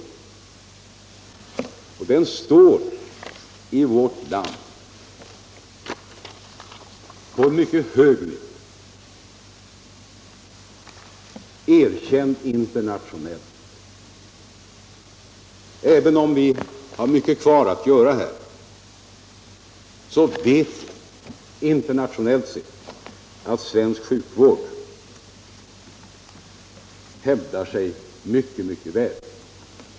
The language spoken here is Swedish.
Och sjukvården står i vårt land på en mycket hög nivå, erkänd internationellt. Även om vi har mycket kvar att göra här, så vet jag att svensk sjukvård internationellt sett hävdar sig mycket väl.